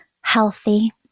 healthy